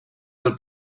del